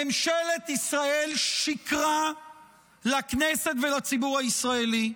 ממשלת ישראל שיקרה לכנסת ולציבור הישראלי.